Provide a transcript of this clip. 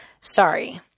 Sorry